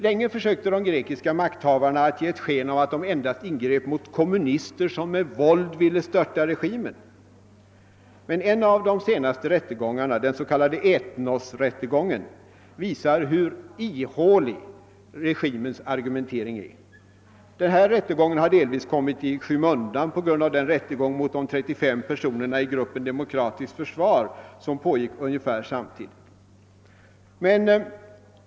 Länge försökte de grekiska makthavarna ge sken av att de endast ingrep mot kommunister, som med våld ville störta regimen. Men en av de senaste rättegångarna — den s.k. Ethnosrättegången — visar hur ihålig regimens argumentering är. Denna rättegång har delvis kommit i skymundan på grund av den rättegång mot de 35 personerna i gruppen »Demokratiskt försvar» som pågick ungefär samtidigt.